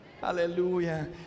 Hallelujah